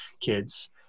kids